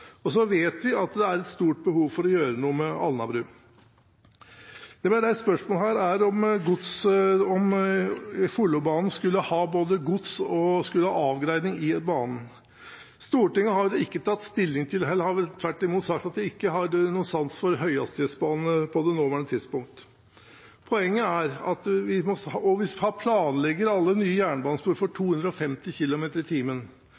plass. Så vet vi at det er et stort behov for å gjøre noe med Alnabru. Det ble reist spørsmål ved om Follobanen skulle ha gods og om den skulle ha avgrening i banen. Stortinget har ikke tatt stilling til – eller har vel tvert i mot sagt at de ikke har noen sans for – høyhastighetsbane på det nåværende tidspunkt. Poenget er at hvis man planlegger alle nye jernbanespor for 250 km/t og skal kunne utnytte det i